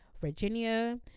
Virginia